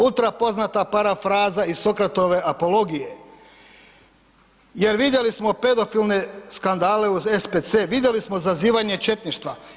Ultra poznata parafraza iz Sokratove apologije jer vidjeli smo pedofilne skandale u SPC, vidjeli smo zazivanje četništva.